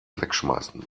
wegschmeißen